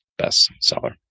bestseller